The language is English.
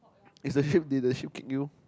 is a hip did the sheep kick you